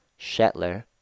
Shetler